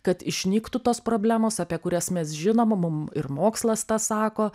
kad išnyktų tos problemos apie kurias mes žinom mum ir mokslas tą sako